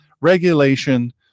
regulation